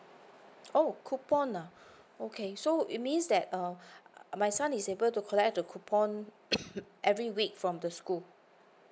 oh coupon ah okay so it means that err my son is able to collect the coupon every week from the school